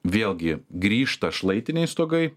vėlgi grįžta šlaitiniai stogai